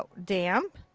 but damp.